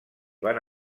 van